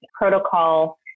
protocol